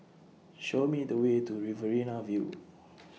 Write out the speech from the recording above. Show Me The Way to Riverina View